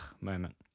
moment